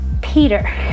Peter